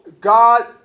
God